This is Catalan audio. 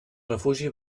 refugi